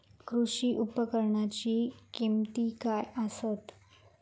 कृषी उपकरणाची किमती काय आसत?